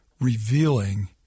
revealing